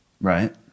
Right